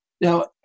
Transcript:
Now